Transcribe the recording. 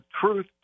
truth